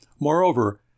Moreover